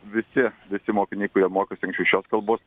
visi visi mokiniai kurie mokėsi anksčiau šios kalbos